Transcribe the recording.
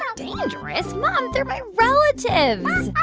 um dangerous? mom, they're my relatives.